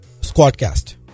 squadcast